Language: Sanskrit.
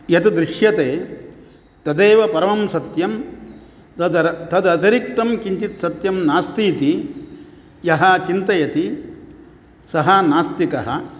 यत् दृश्यते तदेव परमं सत्यं तद् तद् अतिरिक्तं किञ्चित् सत्यं नास्ति इति यः चिन्तयति सः नास्तिकः